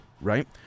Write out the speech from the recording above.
right